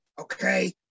okay